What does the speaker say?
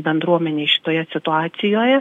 bendruomenei šitoje situacijoje